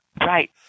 Right